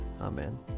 Amen